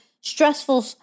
stressful